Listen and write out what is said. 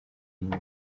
inyuma